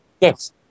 Yes